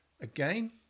Again